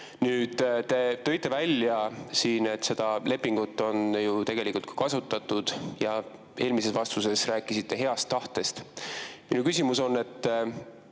Te tõite välja, et seda lepingut on tegelikult ka kasutatud, ja eelmises vastuses rääkisite heast tahtest. Minu küsimus on: